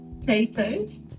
Potatoes